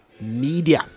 media